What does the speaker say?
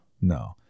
no